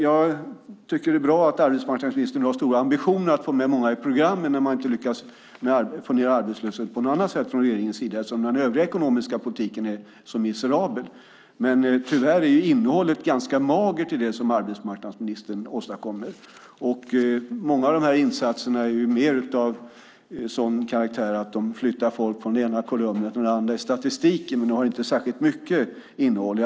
Jag tycker att det är bra att arbetsmarknadsministern har stora ambitioner att få med många i program när man från regeringens sida inte lyckas få ned arbetslösheten på något annat sätt eftersom den övriga ekonomiska politiken är miserabel, men tyvärr är innehållet ganska magert i det som arbetsmarknadsministern åstadkommer. Många av de här insatserna är mest av sådan karaktär att de flyttar människor från den ena kolumnen till den andra i statistiken. De har inte särskilt mycket innehåll.